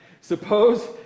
Suppose